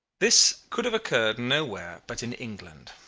this could have occurred nowhere but in england,